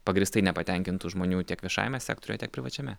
pagrįstai nepatenkintų žmonių tiek viešajame sektoriuje tiek privačiame